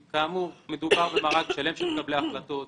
מדובר במארג שלם של מקבלי החלטות.